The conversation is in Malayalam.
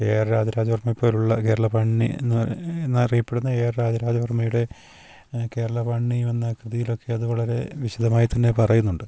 എ ആർ രാജരാജവർമ്മയെപ്പോലുള്ള കേരളപാണി എന്ന് എന്നറിയപ്പെടുന്ന എ ആർ രാജരാജവർമ്മയുടെ കേരളപാണി എന്ന കൃതിയിലൊക്കെ അതു വളരെ വിശദമായി തന്നെ പറയുന്നുണ്ട്